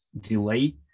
delay